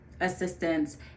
assistance